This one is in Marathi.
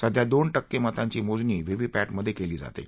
सध्या दोन टक्के मतांची मोजणी व्हीव्हीपॅटमधे केली जाते